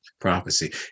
prophecy